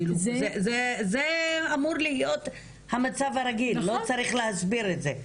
זה אמור להיות המצב הרגיל, לא צריך להסביר את זה.